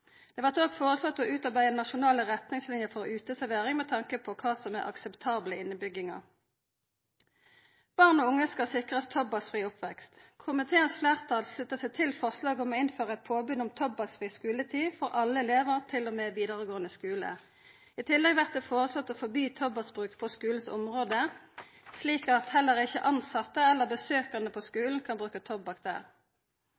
Det blir òg foreslått å utarbeide nasjonale retningslinjer for uteservering med tanke på kva som er akseptable innebygde areal. Barn og unge skal sikrast tobakksfri oppvekst. Komiteens fleirtal sluttar seg til forslaget om å innføra eit påbod om tobakksfri skuletid for alle elevar til og med vidaregåande skule. I tillegg blir det foreslått å forby tobakksbruk på skulens område, slik at heller ikkje tilsette eller gjestar på